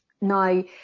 Now